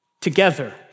together